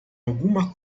alguma